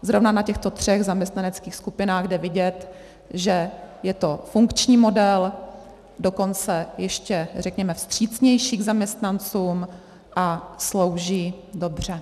Zrovna na těchto třech zaměstnaneckých skupinách jde vidět, že je to funkční model, dokonce ještě řekněme vstřícnější k zaměstnancům a slouží dobře.